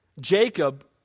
Jacob